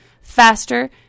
faster